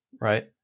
right